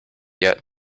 yet